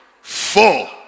Four